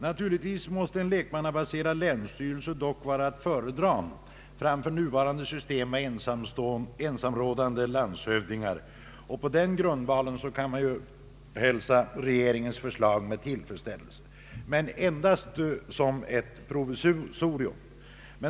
Naturligtvis måste en lekmannabaserad länsstyrelse dock vara att föredra framför nuvarande system med ensamrådande landshövdingar, och på den grundvalen kan man ju hälsa regeringens förslag med tillfredsställelse, men endast som ett provisorium.